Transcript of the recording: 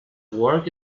work